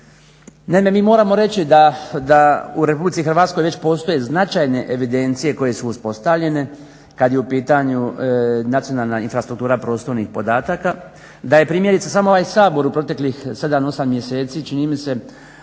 mi moramo reći da u Republici Hrvatskoj već postoje značajne evidencije koje su uspostavljene kad je u pitanju nacionalna infrastruktura prostornih podataka, da je primjerice samo ovaj Sabor u proteklih 7-8 mjeseci čini mi se